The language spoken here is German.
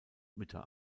mütter